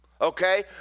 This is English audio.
Okay